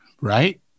Right